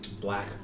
black